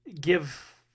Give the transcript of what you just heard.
give